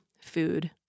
food